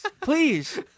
Please